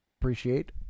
appreciate